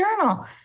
journal